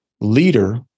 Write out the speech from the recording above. leader